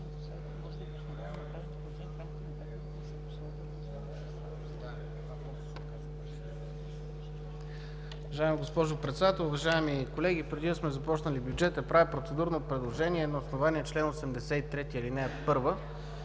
Уважаема госпожо Председател, уважаеми колеги! Преди да сме започнали бюджета, правя процедурно предложение: на основание чл. 83, ал. 1